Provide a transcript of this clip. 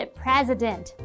president